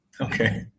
Okay